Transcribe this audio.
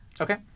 Okay